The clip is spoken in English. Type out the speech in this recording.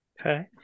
Okay